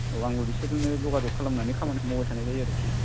औ आंबो बिसोरजोंनो जगाजग खालामनानै खामानि मावबाय थानाय जायो आरोखि